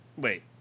Wait